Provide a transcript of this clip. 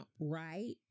right